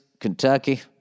Kentucky